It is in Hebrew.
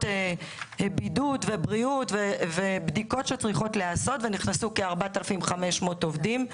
בידוד ובריאות ובדיקות שצריכות להיעשות ובשנת 2020 נכנסו כ-4,500 עובדים.